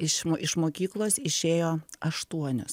iš mo iš mokyklos išėjo aštuonios